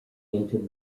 into